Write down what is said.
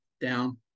down